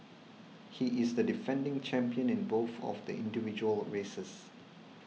he is the defending champion in both of the individual races